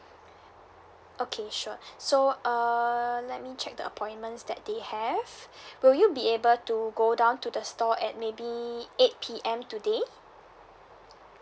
okay sure so uh let me check the appointments that they have will you be able to go down to the store at maybe eight P_M today